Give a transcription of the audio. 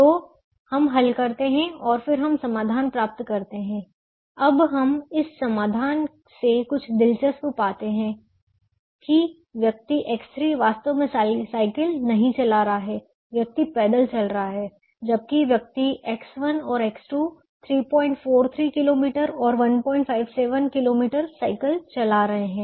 तो हम हल करते हैं और फिर हम समाधान प्राप्त करते हैं अब हम इस समाधान से कुछ दिलचस्प पाते हैं कि व्यक्ति X3 वास्तव में साइकिल नहीं चला रहा है व्यक्ति पैदल चल रहा है जबकि व्यक्ति X1 और X2 343 किलोमीटर और 157 किलोमीटर साइकिल चला रहे हैं